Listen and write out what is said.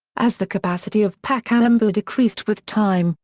as the capacity of pacaembu decreased with time,